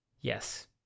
Yes